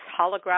holographic